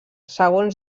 segons